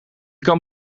kan